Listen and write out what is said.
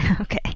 okay